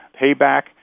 payback